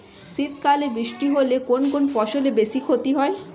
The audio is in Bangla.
শীত কালে বৃষ্টি হলে কোন কোন ফসলের বেশি ক্ষতি হয়?